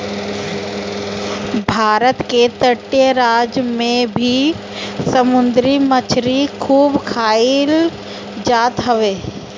भारत के तटीय राज में भी समुंदरी मछरी खूब खाईल जात हवे